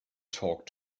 talk